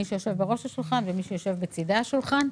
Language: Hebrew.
למי שיושב בראש השולחן ולמי שיושב בצידי השולחן,